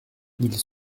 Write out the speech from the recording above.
ils